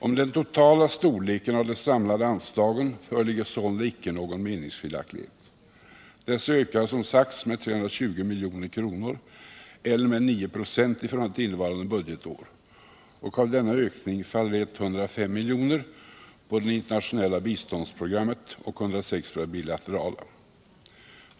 Om den totala storleken av de samlade anslagen föreligger sålunda icke någon meningsskiljaktighet. Dessa ökar som sagts med 320 milj.kr. eller med 9 926 i förhållande till innevarande budgetår. Av denna ökning faller 105 miljoner på det internationella biståndsprogrammet och 106 på det bilaterala.